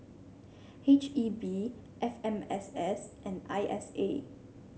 H E B F M S S and I S A